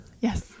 Yes